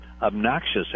obnoxious